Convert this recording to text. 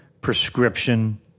prescription